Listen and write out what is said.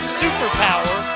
superpower